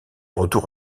retour